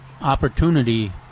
opportunity